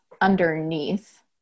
underneath